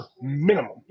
minimum